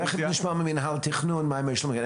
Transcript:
תכף נשמע ממינהל התכנון מה יש להם להגיד.